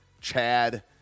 Chad